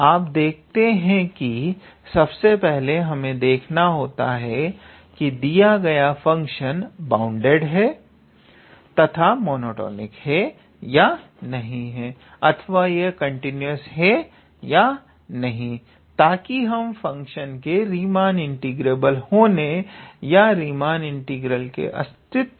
तो आप देखते हैं कि सबसे पहले हमें देखना होता है कि दिया गया फंक्शन बाउंडेड तथा मोनोटॉनिक है या नहीं अथवा यह कंटिन्यूस है या नहीं ताकि हम फंक्शन के रीमान इंटीग्रेबल होने या इंटीग्रल का अस्तित्व होने की बात कर सकें